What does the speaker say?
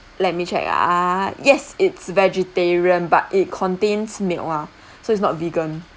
let me check ah yes it's vegetarian but it contains milk lah so it's not vegan